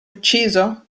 ucciso